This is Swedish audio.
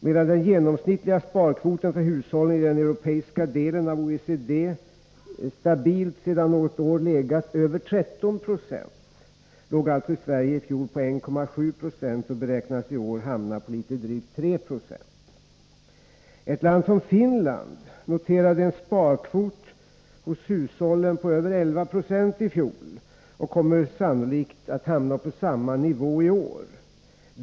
Medan den genomsnittliga sparkvoten för hushållen i den europeiska delen av OECD sedan något år stabilt har legat över 13 26, låg den alltså i Sverige i fjol på 1,7 26 och beräknas i år hamna på litet drygt 3 26. Ett land som Finland noterade en sparkvot hos hushållen på över 11 96 i fjol och kommer sannolikt att hamna på samma nivå i år.